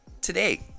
today